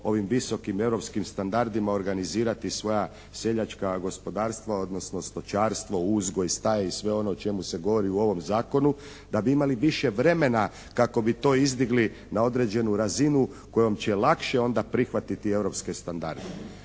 ovim visokom europskim standardima organizirati svoja seljačka gospodarstva, odnosno stočarstvo, uzgoj, staje i sve ono o čemu se govori u ovom zakonu da bi imali više vremena kako bi to izdigli na određenu razinu kojom će lakše onda prihvatiti europske standarde.